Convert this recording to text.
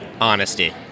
honesty